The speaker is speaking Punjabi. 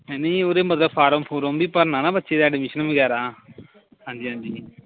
ਨਹੀਂ ਉਹਦੇ ਮਤਲਬ ਫਾਰਮ ਫੁਰਮ ਵੀ ਭਰਨਾ ਨਾ ਬੱਚੇ ਦਾ ਐਡਮਿਸ਼ਨ ਵਗੈਰਾ ਹਾਂਜੀ ਹਾਂਜੀ